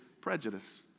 prejudice